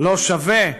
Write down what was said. לא שווה?